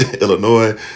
Illinois